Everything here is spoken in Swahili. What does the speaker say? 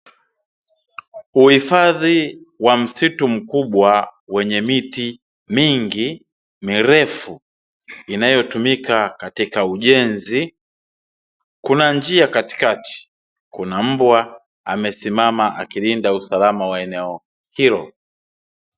Uhifadhi wa msitu mkubwa wenye miti mingi mirefu inayotumika katika ujenzi. Kuna njia katikati, kuna mbwa amesimama akilinda usalama wa eneo hilo.